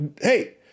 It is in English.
hey